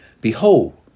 behold